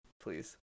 please